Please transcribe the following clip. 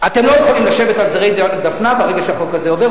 אתם לא יכולים לשבת על זרי דפנה ברגע שהחוק הזה עובר,